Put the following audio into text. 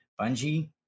Bungie